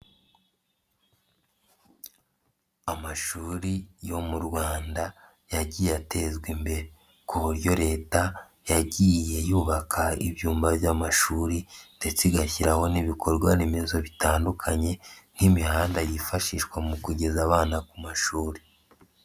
Amashuri yo mu Rwanda yagiye atezwa imbere ku buryo leta yagiye yubaka ibyumba by'amashuri ndetse igashyiraho n'ibikorwa remezo bitandukanye nk'imihanda yifashishwa mu kugeza abana ku mashuri.